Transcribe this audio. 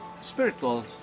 spiritual